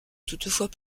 toutefois